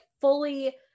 fully